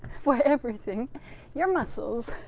for everything your muscles,